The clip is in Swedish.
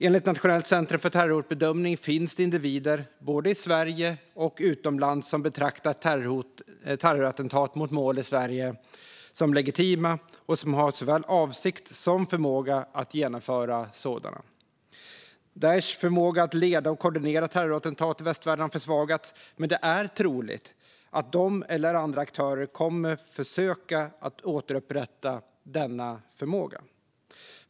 Enligt Nationellt centrum för terrorhotbedömning finns det individer, både i Sverige och utomlands, som betraktar terrorattentat mot mål i Sverige som legitima och som har såväl avsikt som förmåga att genomföra sådana. Daish förmåga att leda och koordinera terrorattentat i västvärlden har försvagats, men det är troligt att de eller andra aktörer kommer att försöka återupprätta denna förmåga.